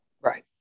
Right